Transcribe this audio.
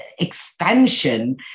expansion